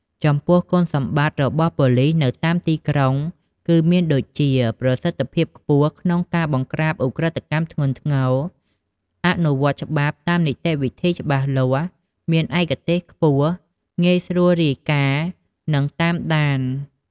ចំពោះ គុណសម្បត្តិរបស់ប៉ូលីសនៅតាមទីក្រុងគឺមានដូចជា ប្រសិទ្ធភាពខ្ពស់ក្នុងការបង្ក្រាបឧក្រិដ្ឋកម្មធ្ងន់ធ្ងរ អនុវត្តច្បាប់តាមនីតិវិធីច្បាស់លាស់ មានឯកទេសខ្ពស់ ងាយស្រួលរាយការណ៍ និងតាមដាន។